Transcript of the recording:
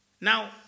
Now